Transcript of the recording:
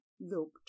looked